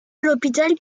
l’hôpital